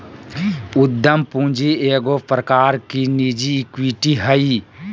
उद्यम पूंजी एगो प्रकार की निजी इक्विटी हइ